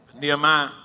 Nehemiah